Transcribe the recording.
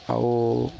ଆଉ